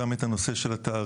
גם את הנושא של התעריף,